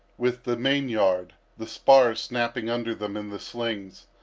with the main-yard the spar snapping under them in the slings,